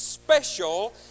special